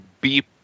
beep